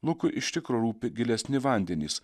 lukui iš tikro rūpi gilesni vandenys